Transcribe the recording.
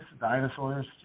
dinosaurs